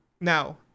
Now